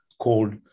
called